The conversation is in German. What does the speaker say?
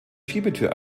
schiebetür